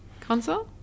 console